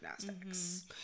gymnastics